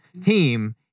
team